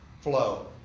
flow